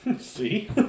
See